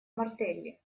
мартелли